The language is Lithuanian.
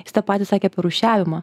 jis tą patį sakė apie rūšiavimą